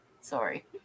Sorry